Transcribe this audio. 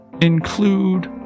include